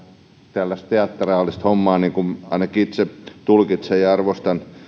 tällaista teatraalista hommaa niin kuin ainakin itse tulkitsen arvostan